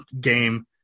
game